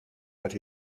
but